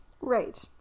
right